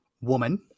woman